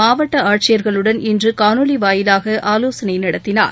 மாவட்ட ஆட்சியர்களுடன் இன்று காணொலி வாயிலாக ஆலோசனை நடத்தினார்